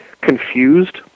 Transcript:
confused